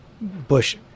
bush